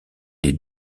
les